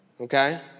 Okay